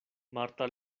marta